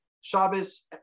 shabbos